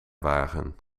wagen